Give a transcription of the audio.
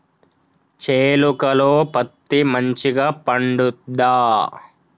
చేలుక లో పత్తి మంచిగా పండుద్దా?